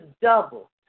double